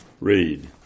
read